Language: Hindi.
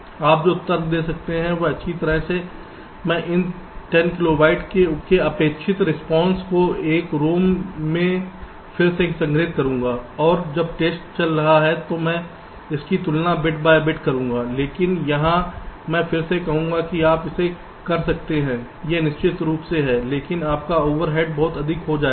तो आप जो तर्क दे सकते हैं वह अच्छी तरह से मैं इन 10 किलोबाइट की अपेक्षित रिस्पांस को एक ROM में फिर से संग्रहीत करूंगा और जब टेस्ट चल रहा है तो मैं उनकी तुलना बिट बाय बिट करूंगा लेकिन यहां मैं फिर से कहूंगा कि आप इसे कर सकते हैं यह निश्चित रूप से है लेकिन आपका ओवरहेड बहुत अधिक हो जाएगा